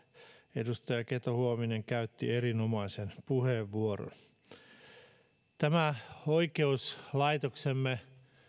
edustaja keto huovinen käytti erinomaisen puheenvuoron oikeuslaitoksemme